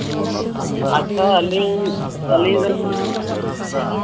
ᱟᱪᱪᱷᱟ ᱟᱹᱞᱤᱧ ᱟᱹᱞᱤᱧ ᱱᱚᱣᱟ